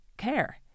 care